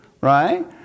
right